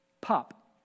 pop